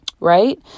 right